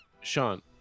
Sean